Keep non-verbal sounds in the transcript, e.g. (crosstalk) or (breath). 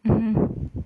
mmhmm (breath)